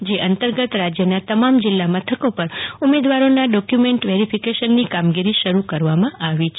જે અંતર્ગત રાજ્યના તમામ જીલ્લા મથકો પર ઉમેદવારોના ડોક્વ્યમેન્ટ્સ વેરીફીકેશનની કામગીરી શરૂ કરવામાં આવી છે